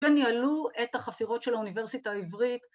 ‫כן ניהלו את החפירות ‫של האוניברסיטה העברית.